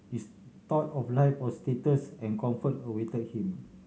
he's thought of life a status and comfort await him